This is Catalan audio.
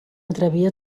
atrevir